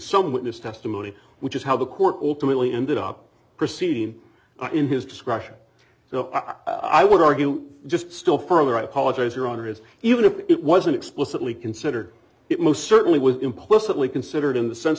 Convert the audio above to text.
some witness testimony which is how the court ultimately ended up pristine in his discretion so i would argue just still further i apologize your honor is even if it wasn't explicitly considered it most certainly was implicitly considered in the sense